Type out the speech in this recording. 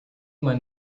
mind